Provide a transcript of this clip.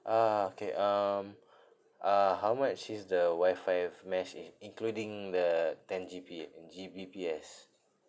ah okay um uh how much is the wifi f~ mesh in~ including the ten G_B in G_B_P_S